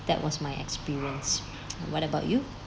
that was my experience what about you